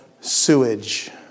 sewage